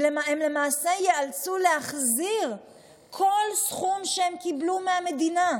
הם למעשה ייאלצו להחזיר כל סכום שהם קיבלו מהמדינה.